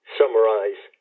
summarize